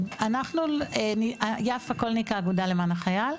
אני מהאגודה למען החייל.